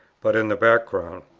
but in the background.